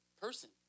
person